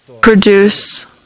produce